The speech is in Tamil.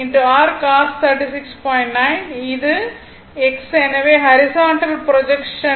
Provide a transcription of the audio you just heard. இது நமது x எனவே ஹரிசாண்டல் ப்ரொஜெக்ஷன்